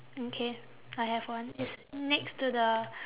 mm K I have one it's next to the